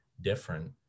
different